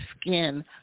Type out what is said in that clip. skin